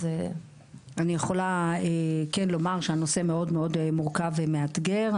אני יכולה כן לומר שהנושא מאוד מאוד מורכב ומאתגר,